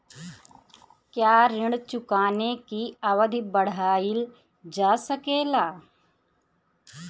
क्या ऋण चुकाने की अवधि बढ़ाईल जा सकेला?